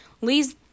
Lee's